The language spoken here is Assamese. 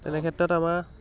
তেনে ক্ষেত্ৰত আমাৰ